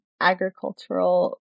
agricultural